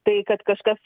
tai kad kažkas